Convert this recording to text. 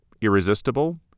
irresistible